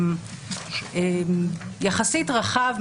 יחסית רחב,